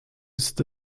ist